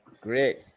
Great